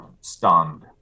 stunned